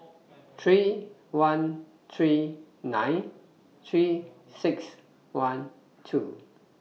three one three nine three six one two